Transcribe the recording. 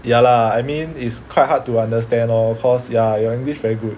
ya lah I mean it's quite hard to understand lor cause ya your English very good